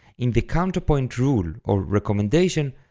in the counterpoint rule, or recommendation,